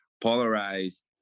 polarized